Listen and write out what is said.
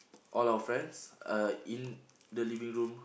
all our friends are in the living-room